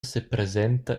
sepresenta